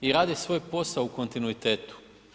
I radi svoj posao u kontinuitetu.